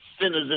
sinners